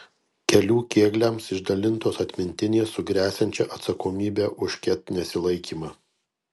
kelių kėgliams išdalintos atmintinės su gresiančia atsakomybe už ket nesilaikymą